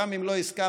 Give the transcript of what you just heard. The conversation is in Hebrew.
גם אם לא הסכמנו,